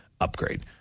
upgrade